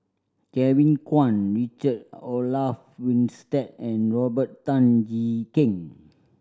Kevin Kwan Richard Olaf Winstedt and Robert Tan Jee Keng